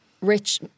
rich